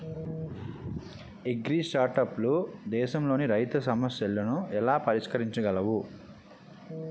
అగ్రిస్టార్టప్లు దేశంలోని రైతుల సమస్యలను ఎలా పరిష్కరించగలవు?